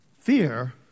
Fear